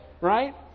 right